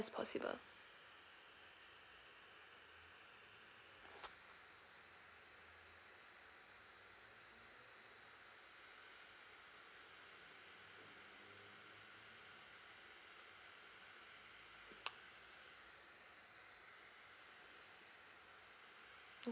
possible